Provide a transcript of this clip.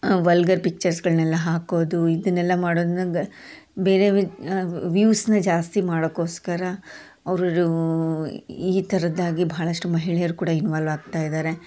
vulgar ಪಿಚ್ಚರ್ಸ್ಗಳನ್ನೆಲ್ಲ ಹಾಕೋದು ಇದನ್ನೆಲ್ಲ ಮಾಡೋ ಬೇರೆ ವ್ಯೂವ್ಸನ್ನ ಜಾಸ್ತಿ ಮಾಡೋಕ್ಕೋಸ್ಕರ ಅವರು ಈ ಥರದ್ದಾಗಿ ಬಹಳಷ್ಟು ಮಹಿಳೆಯರು ಕೂಡ ಇನ್ವಾಲ್ ಆಗ್ತಾ ಇದ್ದಾರೆ